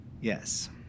Yes